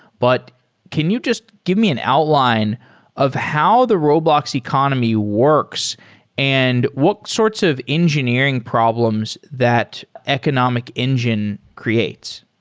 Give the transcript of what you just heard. but can you just give me an outline of how the roblox economy works and what sorts of engineering problems that economic engine creates?